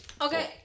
Okay